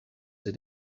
they